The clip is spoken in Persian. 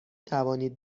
توانید